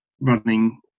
running